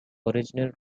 original